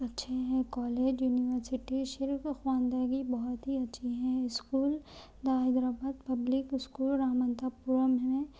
اچھے ہیں college university صرف خواندگی بہت ہی اچھی ہیں school Hyderabad public school Ramanthapuram میں